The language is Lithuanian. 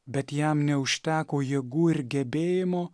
bet jam neužteko jėgų ir gebėjimo